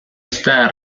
está